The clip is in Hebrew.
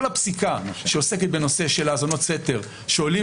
כל הפסיקה שעוסקת בנושא של האזנות סתר שעולים